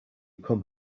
come